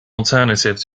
alternative